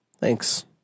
Thanks